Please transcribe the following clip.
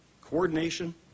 coordination